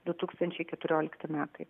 du tūkstančiai keturiolikti metai